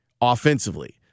offensively